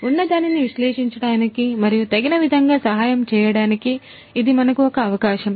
కాబట్టి ఉన్నదానిని విశ్లేషించడానికి మరియు తగిన విధముగా సహాయం చేయడానికి ఇది మనకు ఒక అవకాశం